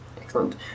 Excellent